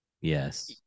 yes